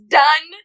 done